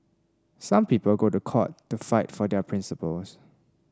some people go to court to fight for their principles